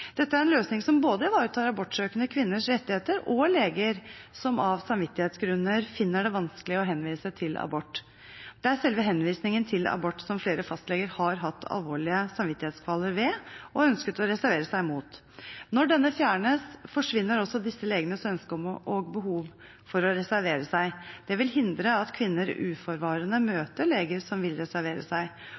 Dette er en løsning som både ivaretar abortsøkende kvinners rettigheter og leger som av samvittighetsgrunner finner det vanskelig å henvise til abort. Det er selve henvisningen til abort som flere fastleger har hatt alvorlige samvittighetskvaler ved, og ønsket å reservere seg mot. Når denne fjernes, forsvinner også disse legenes ønske om og behov for å reservere seg. Det vil hindre at kvinner uforvarende møter leger som vil reservere seg,